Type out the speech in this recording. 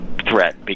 threat